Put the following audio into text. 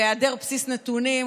בהיעדר בסיס נתונים,